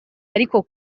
ariko